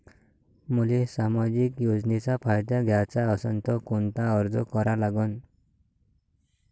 मले सामाजिक योजनेचा फायदा घ्याचा असन त कोनता अर्ज करा लागन?